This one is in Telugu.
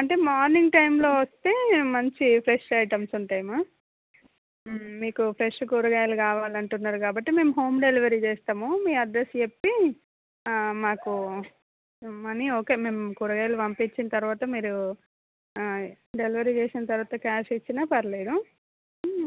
అంటే మార్నింగ్ టైంలో వస్తే మంచి ఫ్రెష్ ఐటమ్స్ ఉంటాయమ్మా మీకు ఫ్రెష్ కూరగాయలు కావాలి అంటున్నారు కాబట్టి మేము హోమ్ డెలివరీ చేస్తాము మీ అడ్రస్ చెప్పి మాకు మనీ ఓకే మేము కూరగాయలు పంపించిన తరువాతే మీరు డెలివరీ చేసిన తరువాతే క్యాష్ ఇచ్చినా పర్లేదు